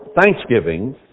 thanksgiving